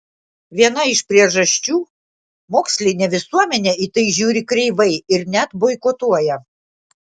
viena iš priežasčių mokslinė visuomenė į tai žiūri kreivai ir net boikotuoja